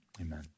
amen